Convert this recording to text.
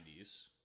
90s